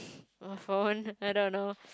my phone I don't know